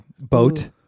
boat